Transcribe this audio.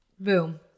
Boom